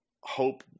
Hope